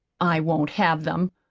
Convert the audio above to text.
i won't have them.